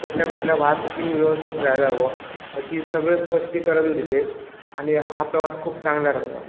कुठल्या कुठल्या वाहतूक व्यवस्थेत जायला हवं याची सगळं स्पष्टीकरण दिले आणि हा प्रवास खूप चांगला राहिला